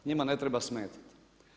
Njima ne treba smetati.